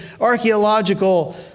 archaeological